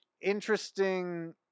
interesting